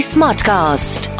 Smartcast